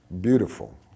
beautiful